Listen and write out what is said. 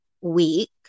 week